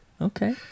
Okay